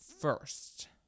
first